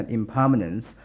impermanence